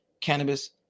cannabis